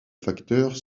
facteurs